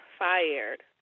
fired